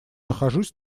нахожусь